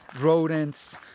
rodents